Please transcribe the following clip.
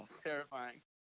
terrifying